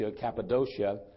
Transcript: Cappadocia